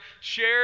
share